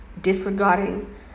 disregarding